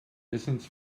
wissens